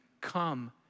come